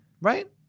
right